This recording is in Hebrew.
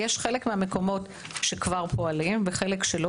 יש חלק מהמקומות שכבר ופועלים וחלק שלא.